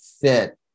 fit